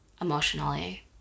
emotionally